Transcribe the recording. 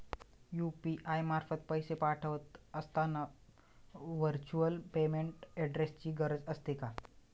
UPI मार्फत पैसे पाठवत असताना व्हर्च्युअल पेमेंट ऍड्रेसची गरज असते का?